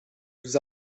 vous